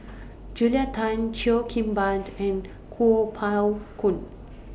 Julia Tan Cheo Kim Ban and Kuo Pao Kun